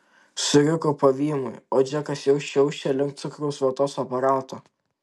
suriko pavymui o džekas jau šiaušė link cukraus vatos aparato